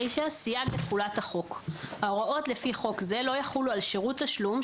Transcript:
59.סייג לתחולת החוק ההוראות לפי חוק זה לא יחולו על שירות תשלום,